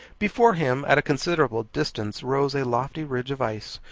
before him, at a considerable distance, rose a lofty ridge of ice,